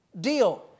deal